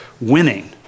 winning